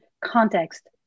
context